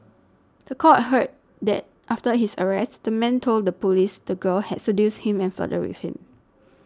the court heard that after his arrest the man told the police the girl had seduced him and flirted with him